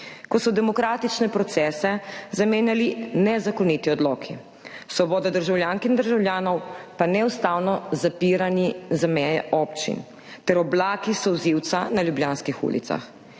ko so demokratične procese zamenjali nezakoniti odloki, svobodo državljank in državljanov pa neustavno zapiranje za meje občin ter oblaki solzivca na ljubljanskih ulicah.